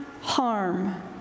harm